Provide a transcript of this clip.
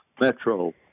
Metro